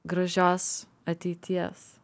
gražios ateities